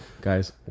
guys